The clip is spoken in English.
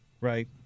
right